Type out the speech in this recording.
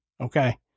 Okay